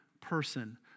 person